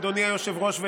אדוני היושב-ראש,